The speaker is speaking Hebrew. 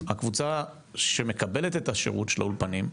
הקבוצה שמקבלת את השירות של האולפנים,